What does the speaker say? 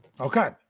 Okay